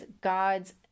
God's